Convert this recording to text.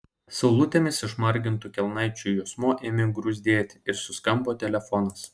saulutėmis išmargintų kelnaičių juosmuo ėmė gruzdėti ir suskambo telefonas